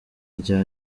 rya